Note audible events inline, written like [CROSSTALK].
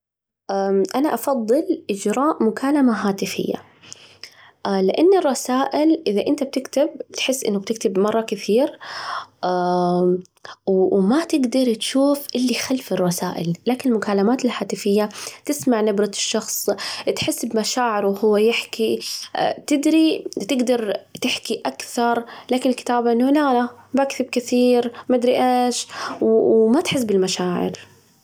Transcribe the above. أنا أفضل إجراء مكالمة هاتفية، لأن الرسائل إذا كنت تكتب، تحس إنه تكتب مرة كثير، وما تجدر تشوف اللي خلف الرسائل، لكن المكالمات الهاتفية تسمع نبرة الشخص، تحس بمشاعره وهو يحكي، تدري تجدر تحكي أكثر، لكن الكتابة [UNINTELLIGIBLE] بكتب كثير وما أدري إيش وما تحس بالمشاعر.